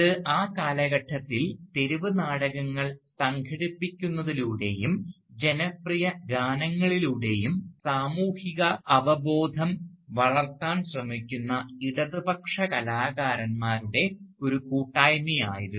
ഇത് ആ കാലഘട്ടത്തിൽ തെരുവ് നാടകങ്ങൾ സംഘടിപ്പിക്കുന്നതിലൂടെയും ജനപ്രിയ ഗാനങ്ങളിലൂടെയും സാമൂഹ്യ അവബോധം വളർത്താൻ ശ്രമിക്കുന്ന ഇടതുപക്ഷ കലാകാരന്മാരുടെ ഒരു കൂട്ടായ്മയായിരുന്നു